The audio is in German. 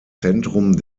zentrum